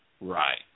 Right